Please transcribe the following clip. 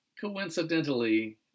coincidentally